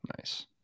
nice